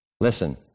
Listen